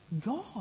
God